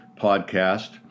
podcast